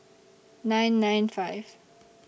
nine nine five